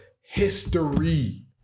history